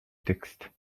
texte